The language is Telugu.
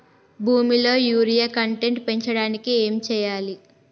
భూమిలో యూరియా కంటెంట్ పెంచడానికి ఏం చేయాలి?